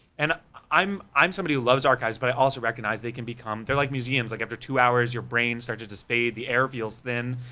and i'm i'm somebody who loves archives, but i also recognize they can become, they're like museums, like after two hours, your brain starts to just fade, the air feels thin,